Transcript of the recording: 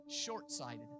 short-sighted